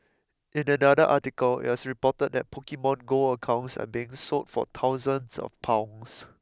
in another article it was reported that Pokemon Go accounts are being sold for thousands of pounds